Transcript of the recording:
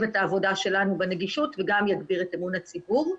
את העבודה שלנו בנגישות וגם יגביר את אמון הציבור.